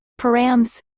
params